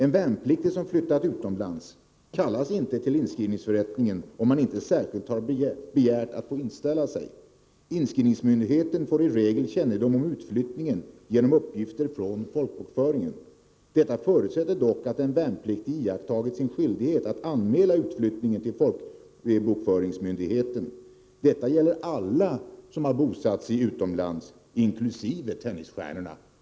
En värnpliktig som flyttat utomlands kallas inte till inskrivningsförrättning, om han inte själv begärt att få inställa sig. Inskrivningsmyndigheten får i regel kännedom om utflyttningen genom uppgifter från folkbokföringen. Detta förutsätter dock att en värnpliktig iakttagit sin skyldighet att anmäla utflyttningen vid bokföringsmyndigheten. Detta gäller alla som har bosatt sig utomlands, inkl. tennisstjärnorna.